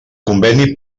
conveni